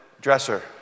dresser